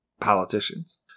politicians